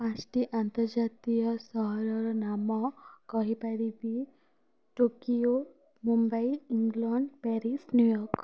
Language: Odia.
ପାଞ୍ଚଟି ଆନ୍ତର୍ଜାତିୟ ସହରର ନାମ କହିପାରିବି Tokyo Mumbai England Paris New York